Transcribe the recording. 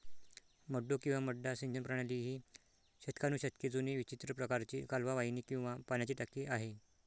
मड्डू किंवा मड्डा सिंचन प्रणाली ही शतकानुशतके जुनी विचित्र प्रकारची कालवा वाहिनी किंवा पाण्याची टाकी आहे